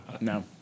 No